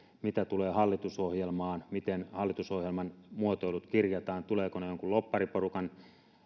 mitä tulee hallitusohjelmaan miten hallitusohjelman muotoilut kirjataan tulevatko ne jonkun lobbariporukan